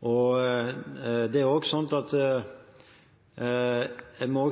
må også